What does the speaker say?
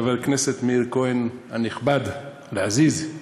חבר הכנסת מאיר כהן הנכבד, לעזיז,